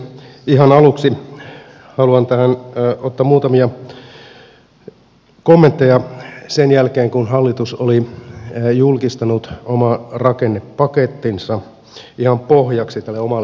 ihan aluksi haluan tähän ottaa muutamia kommentteja sen jälkeen kun hallitus oli julkistanut oman rakennepakettinsa ihan pohjaksi tälle omalle puheelleni